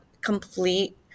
complete